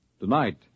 Tonight